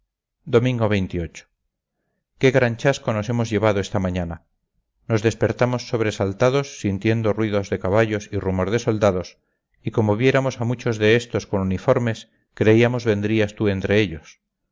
domingo qué gran chasco nos hemos llevado esta mañana nos despertamos sobresaltadas sintiendo ruido de caballos y rumor de soldados y como viéramos a muchos de éstos con uniformes creíamos vendrías tú entre ellos